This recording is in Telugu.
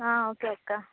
ఓకే అక్క